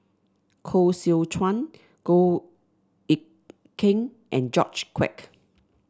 Koh Seow Chuan Goh Eck Kheng and George Quek